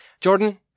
Jordan